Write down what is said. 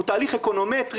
הוא תהליך אקונומטרי,